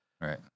Right